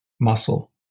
muscle